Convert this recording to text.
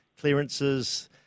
clearances